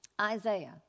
Isaiah